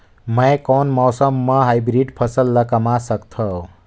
मै कोन मौसम म हाईब्रिड फसल कमा सकथव?